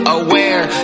aware